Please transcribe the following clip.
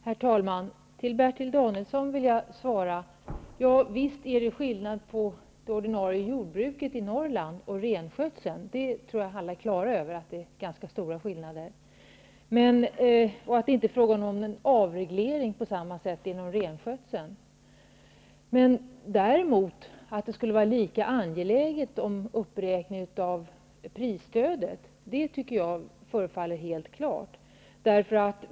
Herr talman! Jag vill ge ett svar till Bertil Danielsson. Visst är det skillnad på jordbruket i Norrland och renskötseln. Jag tror att alla är på det klara med att det finns ganska stora skillnader och att det inte på samma sätt inom rennäringen är fråga om en avreglering. Men att det däremot är lika angeläget med en uppräkning av prisstödet förefaller helt klart.